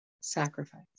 sacrifice